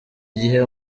igihe